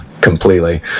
completely